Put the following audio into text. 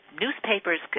newspapers